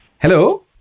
Hello